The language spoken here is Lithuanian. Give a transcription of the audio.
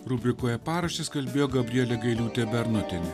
rubrikoje paraštės kalbėjo gabrielė gailiūtė bernotienė